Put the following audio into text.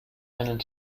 einen